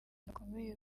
bakomeye